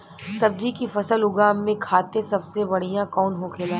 सब्जी की फसल उगा में खाते सबसे बढ़ियां कौन होखेला?